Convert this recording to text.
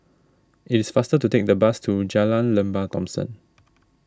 it is faster to take the bus to Jalan Lembah Thomson